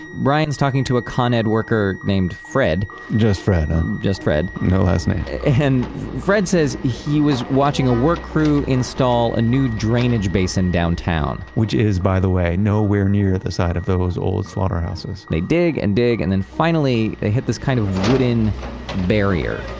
brian's talking to a con ed worker named fred just fred just fred no last name and fred says, he was watching a work crew install a new drainage basin downtown which is by the way, no where near the site of those old slaughterhouses. they dig and dig and then finally, they hit this kind of wooden barrier.